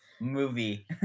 movie